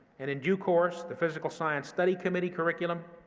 and, in due course, the physical science study committee curriculum,